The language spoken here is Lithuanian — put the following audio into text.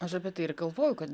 aš apie tai ir galvoju kad